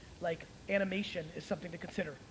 like animation is something to consider.